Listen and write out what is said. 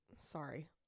Sorry